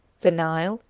the nile,